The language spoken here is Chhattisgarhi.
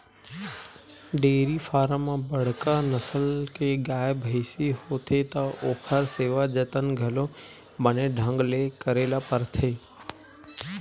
डेयरी फारम म बड़का नसल के गाय, भइसी होथे त ओखर सेवा जतन घलो बने ढंग ले करे ल परथे